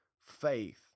faith